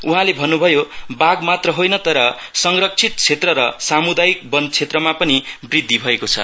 उहाँले भन्नु भयो बाघमात्र होइन तर संरक्षित क्षेत्र र सामुदायिक वन क्षेत्रमा पनि वृद्धि भएको छ